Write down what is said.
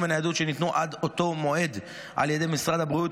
וניידות שניתנו עד אותו מועד על ידי משרד הבריאות,